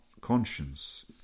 conscience